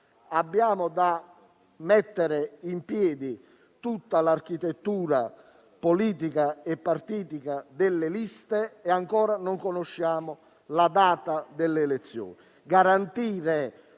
dobbiamo mettere in piedi tutta l'architettura politica e partitica delle liste, ma ancora non conosciamo la data delle elezioni.